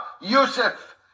Yusuf